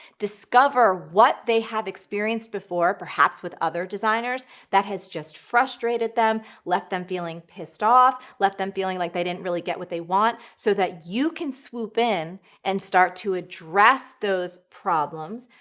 discover what they have experienced before, perhaps with other designers that has just frustrated them, left them feeling pissed off, left them feeling like they didn't really get what they want, so that you can swoop in and start to address those problems,